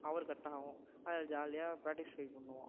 hour cut ஆவும் அதில் ஜாலியாக பிராக்டிஸ் போய் பண்ணுவோம்